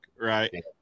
right